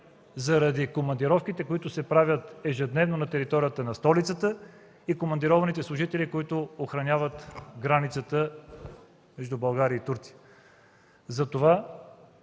заради командировките, които се правят ежедневно на територията на столицата и командированите служители, които охраняват границата между България и Турция.